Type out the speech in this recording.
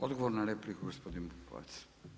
Odgovor na repliku, gospodin Pupovac.